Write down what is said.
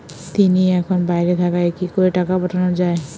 তিনি এখন বাইরে থাকায় কি করে টাকা পাঠানো য়ায়?